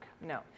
No